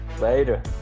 Later